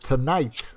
Tonight